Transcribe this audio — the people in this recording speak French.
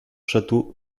château